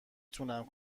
تونم